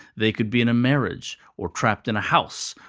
they could be in a marriage, or trapped in a house,